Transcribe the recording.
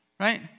Right